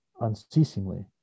unceasingly